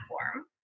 platform